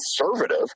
conservative